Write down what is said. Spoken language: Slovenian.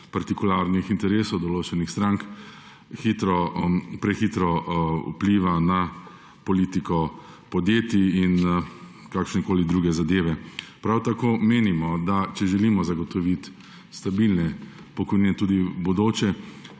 partikularnih interesov določenih strank prehitro vpliva na politiko podjetij in kakršnekoli druge zadeve. Prav tako menimo, da če želimo zagotoviti stabilne pokojnine tudi v prihodnje,